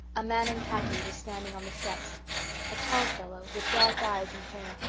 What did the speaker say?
a man in khaki was standing on the steps a tall fellow, with dark eyes and hair,